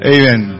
Amen